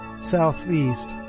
southeast